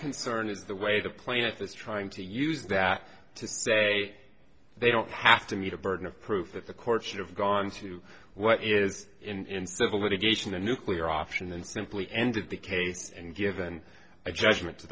concern is the way the plaintiff is trying to use that to say they don't have to meet a burden of proof that the court should have gone to what is in civil litigation the nuclear option they simply ended the case and given a judgment to